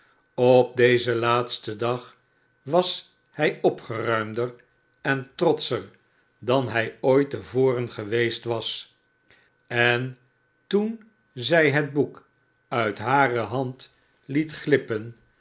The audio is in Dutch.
op dezen laatstenudag was hij opgeruimder en trotscher dan hij ooit te voren geweest was en toen zij het boek uit hare hand liet glippen